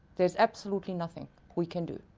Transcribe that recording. there is absolutely nothing we can do.